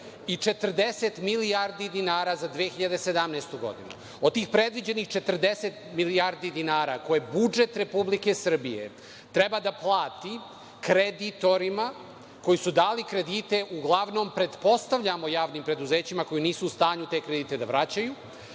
i 40 milijardi dinara za 2017. godinu. Od tih predviđenih 40 milijardi dinara koje budžet Republike Srbije treba da plati kreditorima koji su dali kredite, uglavnom pretpostavljamo javnim preduzećima koji nisu u stanju te kredite da vraćaju,